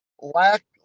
lack